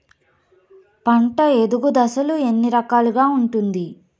పంట ఎదుగు దశలు ఎన్ని రకాలుగా ఉంటుంది?